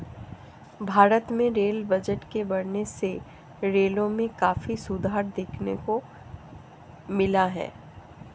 भारत में rail budget के बढ़ने से रेलों में काफी सुधार देखने को मिला है